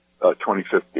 2050